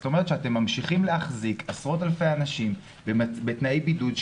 זאת אומרת שאתם ממשיכים להחזיק עשרות אלפי אנשים בתנאי בידוד,